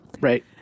Right